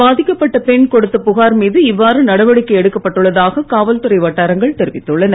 பாதிக்கப்பட்ட பெண் கொடுத்த புகார் மீது இவ்வாறு நடவடிக்கை எடுக்கப்பட்டுள்ளதாக காவல்துறை வட்டாரங்கள் தெரிவித்துள்ளன